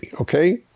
okay